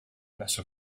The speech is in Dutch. lessen